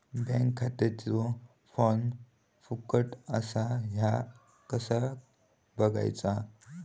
Bank खात्याचो form फुकट असा ह्या कसा बगायचा?